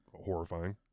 horrifying